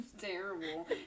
terrible